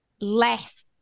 less